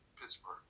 Pittsburgh